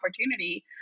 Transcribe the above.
opportunity